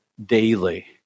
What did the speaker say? Daily